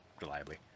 reliably